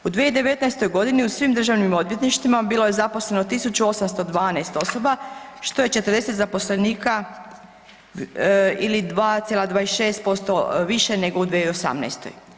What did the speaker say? U 2019.g. u svim državnim odvjetništvima bilo je zaposleno 1812 osoba što je 40 zaposlenika ili 2,26% više nego u 2018.